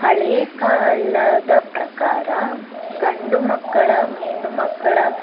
ಹಳೆಯ ಕಾಲದ ಪ್ರಕಾರ ಗಂಡು ಮಕ್ಕಳ ಹೆಣ್ಣು ಮಕ್ಕಳ